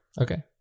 Okay